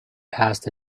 passed